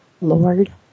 Lord